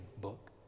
book